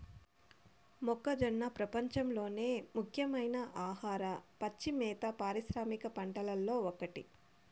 మొక్కజొన్న ప్రపంచంలోని ముఖ్యమైన ఆహార, పచ్చి మేత పారిశ్రామిక పంటలలో ఒకటి